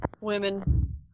Women